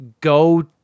go